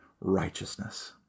righteousness